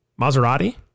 Maserati